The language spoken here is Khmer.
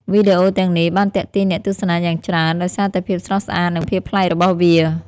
វីដេអូទាំងនេះបានទាក់ទាញអ្នកទស្សនាយ៉ាងច្រើន ដោយសារតែភាពស្រស់ស្អាត និងភាពប្លែករបស់វា។